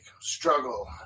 struggle